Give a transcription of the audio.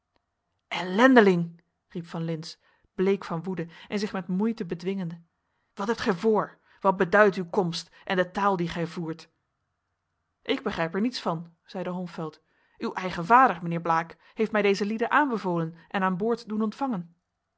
ellendeling riep van lintz bleek van woede en zich met moeite bedwingende wat hebt gij voor wat beduidt uw komst en de taal die gij voert ik begrijp er niets van zeide holmfeld uw eigen vader mijnheer blaek heeft mij deze lieden aanbevolen en aan boord doen ontvangen